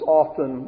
often